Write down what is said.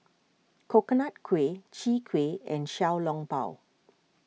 Coconut Kuih Chwee Kueh and Xiao Long Bao